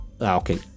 okay